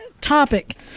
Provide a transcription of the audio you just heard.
topic